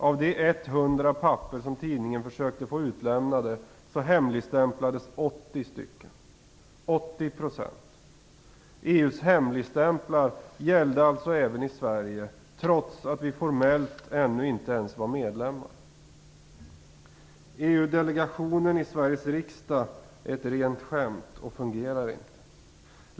Av de 100 papper som tidningen försökte få utlämnade hemligstämplades 80, dvs. 80 %. EU:s hemligstämplar gällde alltså även i Sverige, trots att vi formellt ännu inte ens var medlemmar. EU-delegationen i Sveriges riksdag är ett rent skämt och fungerar inte.